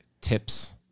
tips